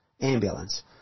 ambulance